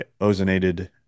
ozonated